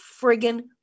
friggin